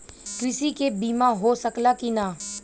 कृषि के बिमा हो सकला की ना?